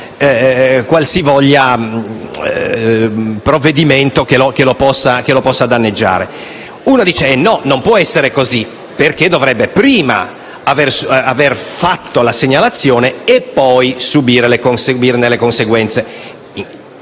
qualsivoglia provvedimento che lo possa danneggiare. Qualcuno dice che non può essere così, perché dovrebbe prima aver fatto la segnalazione e poi subirne le conseguenze.